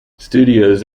studios